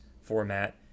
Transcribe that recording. format